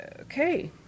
Okay